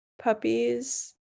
puppies